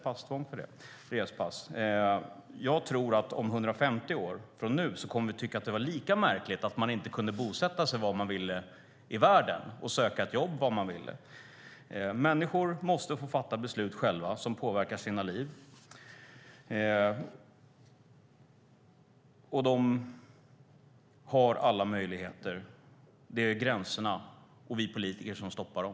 Jag tror att man om 150 år kommer att tycka att det var märkligt att vi i dag inte kunde bosätta oss var vi ville i världen och söka jobb var vi ville. Människor måste själva få fatta beslut som påverkar deras liv. De har alla möjligheter. Det är gränserna och vi politiker som stoppar dem.